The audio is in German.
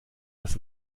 das